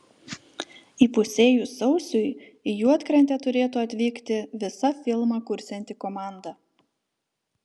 įpusėjus sausiui į juodkrantę turėtų atvykti visa filmą kursianti komanda